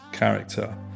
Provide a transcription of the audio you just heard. character